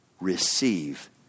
receive